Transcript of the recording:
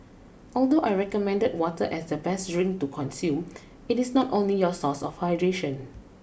although I recommended water as the best drink to consume it is not only your source of hydration